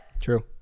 True